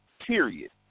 period